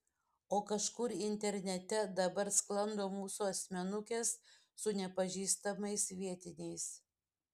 o kažkur internete dabar sklando mūsų asmenukės su nepažįstamais vietiniais